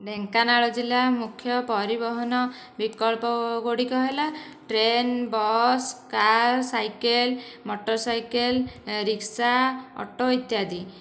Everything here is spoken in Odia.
ଢେଙ୍କାନାଳ ଜିଲ୍ଲା ମୁଖ୍ୟ ପରିବହନ ବିକଳ୍ପ ଗୁଡ଼ିକ ହେଲା train bus car cycle motorcycle rickshaw auto ଇତ୍ୟାଦି